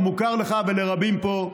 או שמוכר לך ולרבים פה.